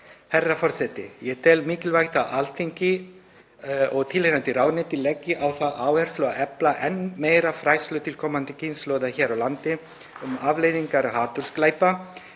Herra forseti. Ég tel mikilvægt að Alþingi og tilheyrandi ráðuneyti leggi á það áherslu að efla enn meira fræðslu til komandi kynslóða hér á landi um afleiðingar hatursglæpa,